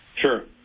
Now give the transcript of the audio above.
Sure